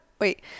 wait